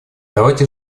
давайте